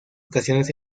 ocasiones